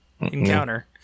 Encounter